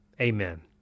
Amen